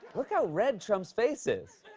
look how red trump's face is.